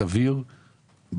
זה בלתי סביר בעליל.